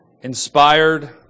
inspired